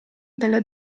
della